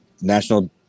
national